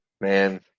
man